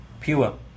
pure